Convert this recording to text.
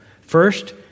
First